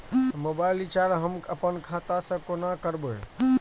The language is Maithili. मोबाइल रिचार्ज हम आपन खाता से कोना करबै?